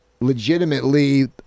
legitimately